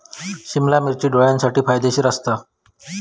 सिमला मिर्ची डोळ्यांसाठी फायदेशीर असता